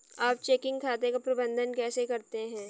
आप चेकिंग खाते का प्रबंधन कैसे करते हैं?